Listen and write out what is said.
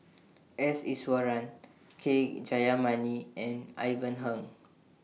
S Iswaran K Jayamani and Ivan Heng